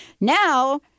Now